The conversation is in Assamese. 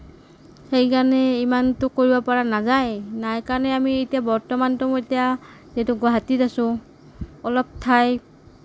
সেইকাৰণে ইমানটো কৰিব পৰা নাযায় নাই কাৰণে আমি এতিয়া বৰ্তমানটো এতিয়া যিহেতু গুৱাহাটীত আছোঁ অলপ ঠাই